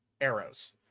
arrows